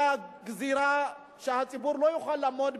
גזירה שהציבור לא יוכל לעמוד בה.